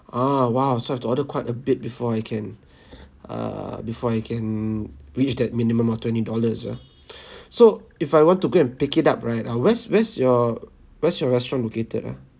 ah !wow! so I've to order quite a bit before I can err before I can reach that minimum of twenty dollars ah so if I want to go and pick it up right uh where's where's your where's your restaurant located ah